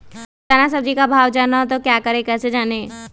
रोजाना सब्जी का भाव जानना हो तो क्या करें कैसे जाने?